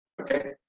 Okay